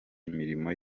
imirimo